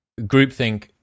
groupthink